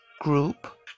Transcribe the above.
Group